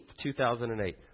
2008